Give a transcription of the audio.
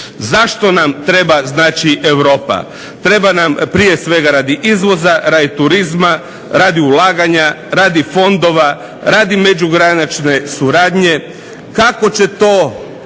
Zašto nam treba Europa? Treba nam prije svega radi izvoza, radi turizma, radi ulaganja, radi fondova, radi međugranične suradnje. Kako će to